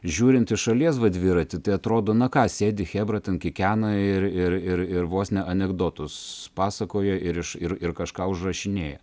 žiūrint iš šalies va dviratį tai atrodo na ką sėdi chebra ten kikena ir ir ir ir vos ne anekdotus pasakoja ir iš ir ir kažką užrašinėja